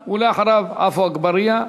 ואחריו, עפו אגבאריה.